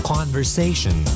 Conversation